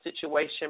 situation